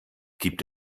gibt